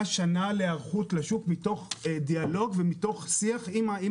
שנה להיערכות לשוק מתוך דיאלוג עם היצרנים,